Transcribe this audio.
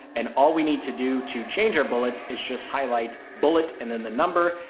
and all we need to do to change. our bullets is just highlight bullet and then the number.